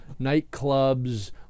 nightclubs